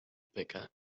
peca